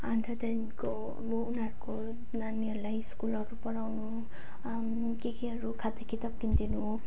अनि त्यहाँदेखिको अब उनीहरूको नानीहरूलाई स्कुलहरू पढाउनु के केहरू खाता किताब किनिदिनु